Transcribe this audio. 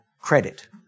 credit